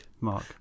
Mark